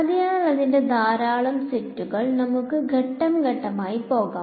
അതിനാൽ അതിന്റെ ധാരാളം സെറ്റുകൾ നമുക്ക് ഘട്ടം ഘട്ടമായി പോകാം